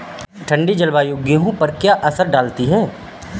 ठंडी जलवायु गेहूँ पर क्या असर डालती है?